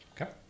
Okay